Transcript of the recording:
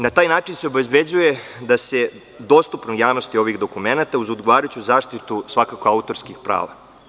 Na taj način se obezbeđuje dostupnost javnosti ovih dokumenata, uz odgovarajuću zaštitu autorskih prava.